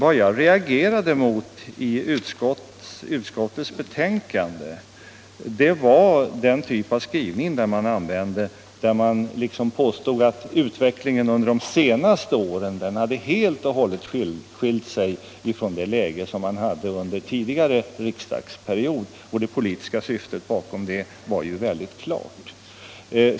Vad jag reagerade mot i utskottets betänkande var den typen av skrivning där man liksom påstod att utvecklingen under de senaste åren helt och hållet hade skilt sig från den man hade under den tidigare riksdagsperioden. Det politiska syftet bakom den skrivningen var ju väldigt klart.